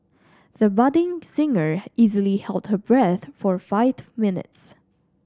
the budding singer easily held her breath for five minutes